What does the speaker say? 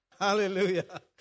Hallelujah